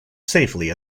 safely